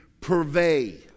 purvey